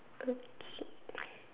okay